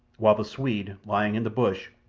while the swede, lying in the bush,